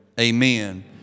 Amen